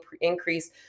increase